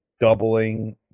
doubling